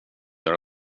göra